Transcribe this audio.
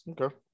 Okay